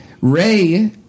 Ray